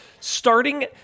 starting